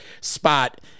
spot